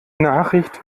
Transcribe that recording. nachricht